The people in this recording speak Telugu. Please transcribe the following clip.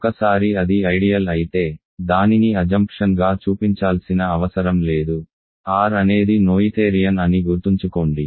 ఒకసారి అది ఐడియల్ అయితే దానిని అజంప్షన్ గా చూపించాల్సిన అవసరం లేదు R అనేది నోయిథేరియన్ అని గుర్తుంచుకోండి